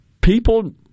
people